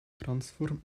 transform